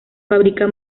fabrica